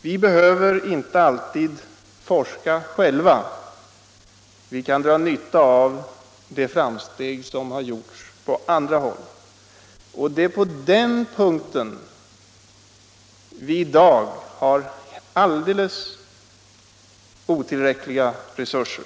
Vi behöver inte heller alltid forska själva, utan vi kan också dra nytta av de framsteg som har gjorts på andra håll. På den punkten har vi emellertid i dag helt otillräckliga resurser.